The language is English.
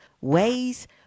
ways